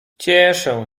cieszę